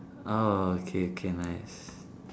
oh okay okay nice